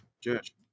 Judge